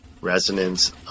resonance